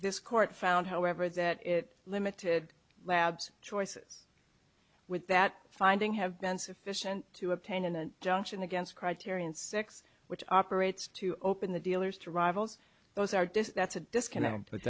this court found however that it limited labs choices with that finding have been sufficient to obtain a junction against criterion six which operates to open the dealers to rivals those artists that's a disconnect but